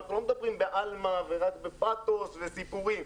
אנחנו לא מדברים בעלמא, בפאתוס וסיפורים.